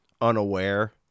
unaware